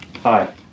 Hi